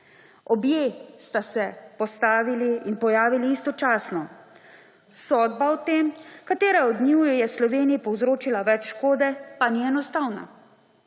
Obe sta se postavili in pojavili istočasno. Sodba o tem, katera od njiju je v Sloveniji povzročila več škode, pa ni enostavna.